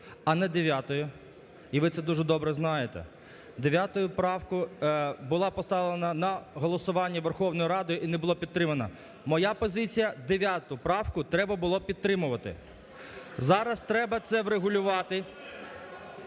а не 9-ї, і ви це дуже добре знаєте. 9-а правка була поставлена на голосування Верховною Радою і не була підтримана. Моя позиція: 9 правку треба було підтримувати. (Шум у залі) Зараз треба це врегулювати.